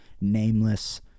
nameless